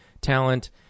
talent